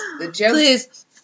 Please